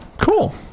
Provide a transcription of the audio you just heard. Cool